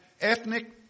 ethnic